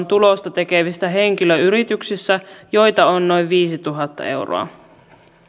tulosta tekevissä henkilöyrityksissä joita on noin viisituhatta